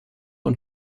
und